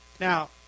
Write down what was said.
Now